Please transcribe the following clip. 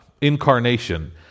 incarnation